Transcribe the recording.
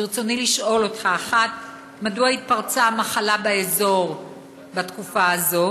ברצוני לשאול אותך: 1. מדוע התפרצה המחלה באזור בתקופה הזאת?